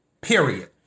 Period